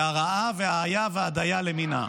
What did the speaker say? והראה והאיה והדיה למינה.